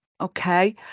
Okay